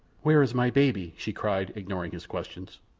where is my baby? she cried, ignoring his questions.